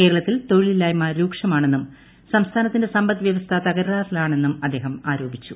കേരളത്തിൽ തൊഴിലില്ലായ്മ രൂക്ഷമാണെന്നൂളി സംസ്ഥാനത്തിന്റെ സമ്പദ് വൃവസ്ഥ തകരാറിലാണെന്നും അദ്ദേഹം ആരോപിച്ചു